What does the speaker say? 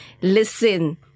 listen